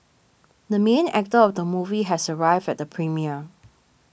the main actor of the movie has arrived at the premiere